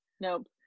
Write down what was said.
Nope